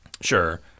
Sure